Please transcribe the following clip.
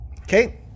okay